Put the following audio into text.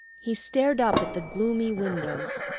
he stared up at the gloomy windows,